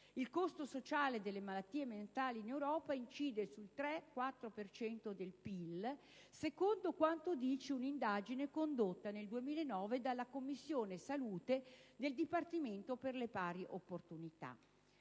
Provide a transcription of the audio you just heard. Il costo sociale delle malattie mentali in Europa incide sul 3-4 per cento del PlL, secondo quanto dice una indagine condotta nel 2009 dalla Commissione salute del Dipartimento per le pari opportunità.